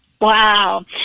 Wow